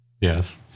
Yes